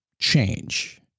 change